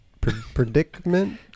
Predicament